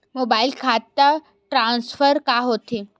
Mobile खाता transfer का होथे?